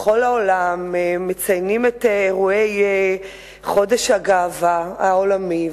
בכל העולם מציינים את אירועי חודש הגאווה העולמי,